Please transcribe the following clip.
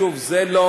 שוב, זה לא